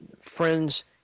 friends